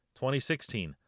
2016